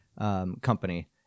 company